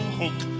hook